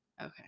Okay